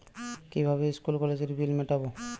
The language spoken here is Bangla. কিভাবে স্কুল কলেজের বিল মিটাব?